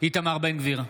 איתמר בן גביר,